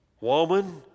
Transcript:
woman